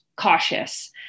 cautious